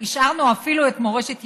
השארנו אפילו את "מורשת ישראל"